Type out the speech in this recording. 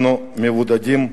אנחנו מבודדים,